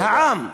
העם.